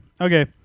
Okay